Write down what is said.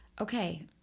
okay